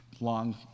long